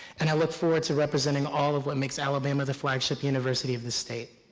and i look forward to representing all of what makes alabama the flagship university of the state.